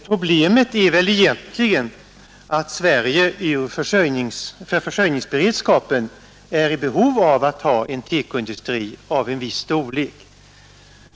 Problemet är egentligen att Sverige för sin försörjningsberedskap är i behov av att ha en TEKO-industri av en viss storlek.